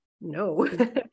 No